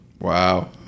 Wow